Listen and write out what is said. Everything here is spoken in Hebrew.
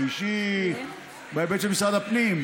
אולי או אישי בהיבט של משרד הפנים,